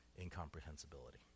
incomprehensibility